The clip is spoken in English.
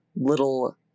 little